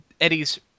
Eddie's